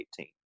2018